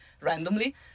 randomly